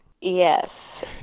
Yes